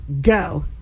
Go